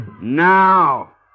Now